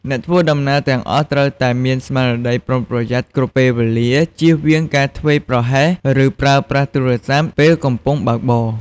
អ្នកធ្វើដំណើរទាំងអស់ត្រូវតែ មានស្មារតីប្រុងប្រយ័ត្ន គ្រប់ពេលវេលា ចៀសវាងការធ្វេសប្រហែស ឬប្រើប្រាស់ទូរស័ព្ទពេលកំពុងបើកបរ។